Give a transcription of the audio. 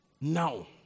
now